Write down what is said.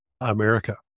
America